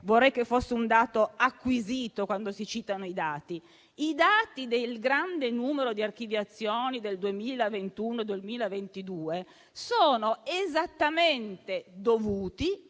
vorrei che fosse un dato acquisito, quando si citano i dati. I dati del grande numero di archiviazioni del 2021 e del 2022 sono proprio dovuti